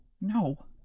no